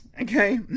Okay